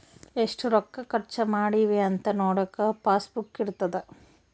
ಎಷ್ಟ ರೊಕ್ಕ ಖರ್ಚ ಮಾಡಿವಿ ಅಂತ ನೋಡಕ ಪಾಸ್ ಬುಕ್ ಇರ್ತದ